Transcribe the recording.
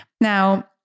Now